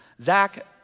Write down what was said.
Zach